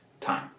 time